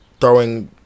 throwing